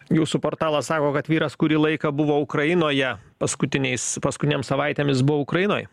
jūsų portalas sako kad vyras kurį laiką buvo ukrainoje paskutiniais paskutinėm savaitėm jis buvo ukrainoj